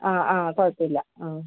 ആ ആ കുഴപ്പമില്ല ആ